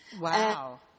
Wow